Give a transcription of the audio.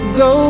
go